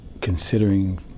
considering